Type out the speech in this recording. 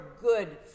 good